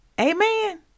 Amen